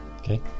Okay